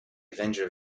avenger